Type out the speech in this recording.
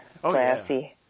Classy